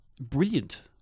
brilliant